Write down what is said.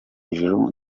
ijuru